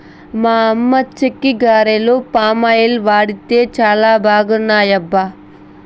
మా అమ్మ చెక్కిగారెలు పామాయిల్ వండితే చానా బాగున్నాయబ్బా